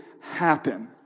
happen